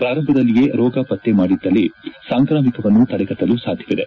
ಪ್ರಾರಂಭದಲ್ಲಿಯೇ ರೋಗ ಪತ್ತೆ ಮಾಡಿದಲ್ಲಿ ಸಾಂಕ್ರಾಮಿಕವನ್ನು ತಡೆಗಟ್ಟಲು ಸಾಧ್ವವಿದೆ